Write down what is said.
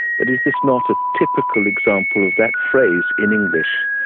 but is this not a typical example of that phrase in english,